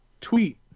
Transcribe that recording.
tweet